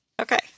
Okay